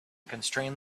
constrain